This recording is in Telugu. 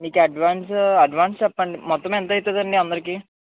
మీకు అడ్వాన్స్ అడ్వాన్స్ చెప్పండి మొత్తం ఎంత అయితది అండీ అందరికీ